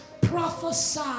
prophesy